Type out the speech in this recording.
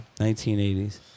1980s